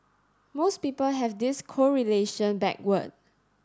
most people have this correlation backward